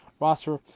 roster